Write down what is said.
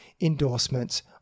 endorsements